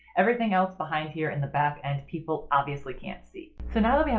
everything else behind here in the back and people obviously can't see sort of yeah